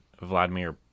Vladimir